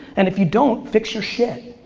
and if you don't, fix your shit.